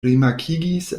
rimarkigis